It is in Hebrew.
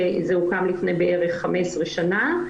שזה הוקם לפני 15 שנה בערך,